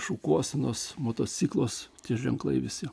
šukuosenos motocikluos tie ženklai visi